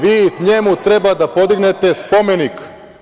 Vi njemu treba da podignete spomenik.